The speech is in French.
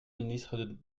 ministre